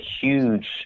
huge